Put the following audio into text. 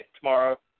tomorrow